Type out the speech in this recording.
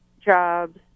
jobs